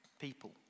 people